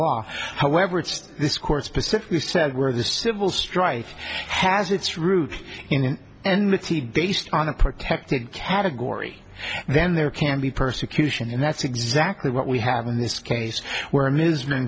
law however this court specifically said where the civil strife has its root in and based on a protected category then there can be persecution and that's exactly what we have in this case where